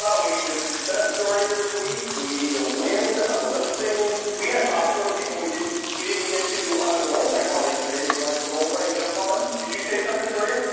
um we need a success story this week. we need a win listing. we had ah four people we didn't we didn't get to on the roleplay call yesterday if you'd like to roleplay jump on. did you say something maria?